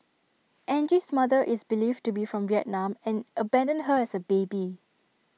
Angie's mother is believed to be from Vietnam and abandoned her as A baby